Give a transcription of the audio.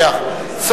לא נתקבלה.